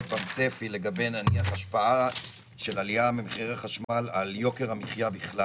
צפי לגבי השפעה של עלייה במחיר החשמל על יוקר המחייה בכלל?